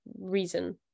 reason